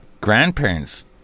grandparents